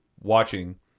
watching